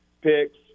picks